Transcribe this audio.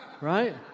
right